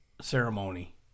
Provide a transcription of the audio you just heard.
ceremony